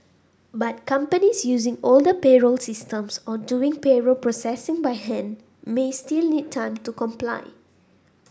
but companies using older payroll systems or doing payroll processing by hand may still need time to comply